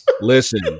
Listen